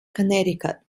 connecticut